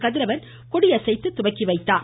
கதிரவன் கொடியசைத்து துவக்கிவைத்தார்